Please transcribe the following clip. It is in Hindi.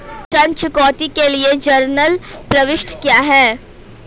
ऋण चुकौती के लिए जनरल प्रविष्टि क्या है?